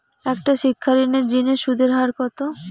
একটা শিক্ষা ঋণের জিনে সুদের হার কত?